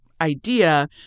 idea